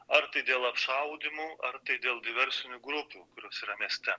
ar tai dėl apšaudymų ar dėl diversinių grupių kurios yra mieste